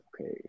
Okay